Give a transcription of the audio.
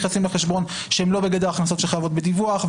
לחשבון, שהם לא בגדר הכנסות שחייבות בדיווח.